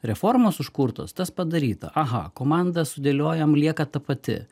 reformos užkurtos tas padaryta aha komandą sudėliojam lieka ta pati